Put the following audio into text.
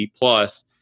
plus